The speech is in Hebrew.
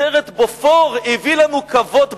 הסרט "בופור" הביא לנו כבוד בעולם,